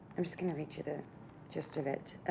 i'm just gonna read you the gist of it.